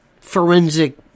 forensic